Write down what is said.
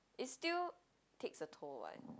is still takes a toll [what]